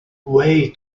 way